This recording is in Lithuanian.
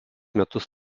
metus